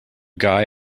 guy